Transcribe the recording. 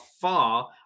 far